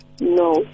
No